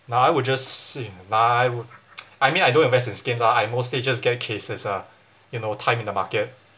nah I would just nah I would I mean I don't invest in skins ah I mostly just get cases ah you know time in the market